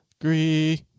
agree